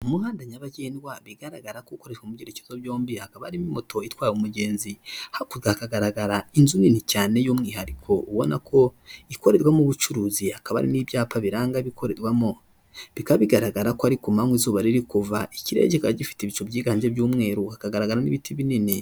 Umuhanda nyabagendwa bigaragara kokore mu byerekezo byombi hakaba harimo moto itwara umugenzi, hakurya hagaragara inzu nini cyane y'umwihariko ubona ko ikorerwamo ubucuruzi hakaba ari n'ibyapa biranga bikorerwamo, bikaba bigaragara ko ari kumanywa izuba riri kuva ikirere kikaba gifite ibicu byiganje ibmweru hakagaragara n'ibiti binini.